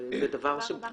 תודה רבה.